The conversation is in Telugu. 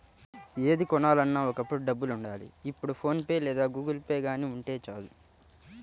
ఏది కొనాలన్నా ఒకప్పుడు డబ్బులుండాలి ఇప్పుడు ఫోన్ పే లేదా గుగుల్పే గానీ ఉంటే చాలు